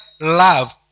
love